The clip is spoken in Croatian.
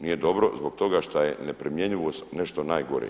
Nije dobro zbog toga što je neprimjenjivo nešto najgore.